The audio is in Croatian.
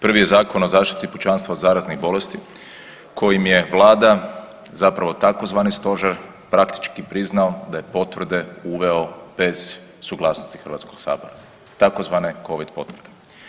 Prvi je Zakon o zaštiti pučanstva od zaraznih bolesti kojim je vlada, zapravo tzv. stožer praktički priznao da je potvrde uveo bez suglasnosti HS tzv. covid potvrde.